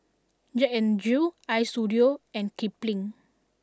Jack N Jill Istudio and Kipling